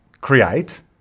create